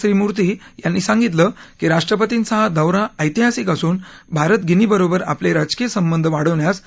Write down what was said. त्रिमूर्ती यांनी सांगितलं की राष्ट्रपतींचा हा दौरा ऐतिहासिक असून भारत गिनीबरोबर आपले राजकीय संबंध वाढवण्यास उत्सुक आहे